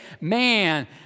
man